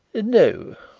no,